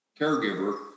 caregiver